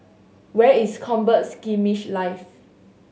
where is Combat Skirmish Live